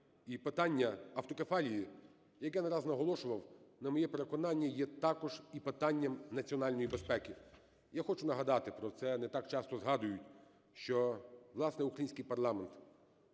І питання автокефалії, яке я не раз наголошував, на моє переконання, є також і питанням національної безпеки. Я хочу нагадати, про це не так часто згадують, що, власне, український парламент